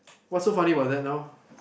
what's so funny about that now